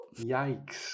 Yikes